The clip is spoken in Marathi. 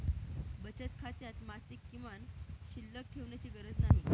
बचत खात्यात मासिक किमान शिल्लक ठेवण्याची गरज नाही